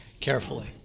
carefully